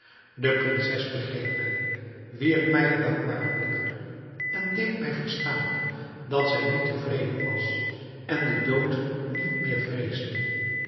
de prinses begreep mij wierp mij een dankbaren blik toe en deed mij verstaan dat zij nu tevreden was en den dood niet meer vreesde